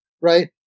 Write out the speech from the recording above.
right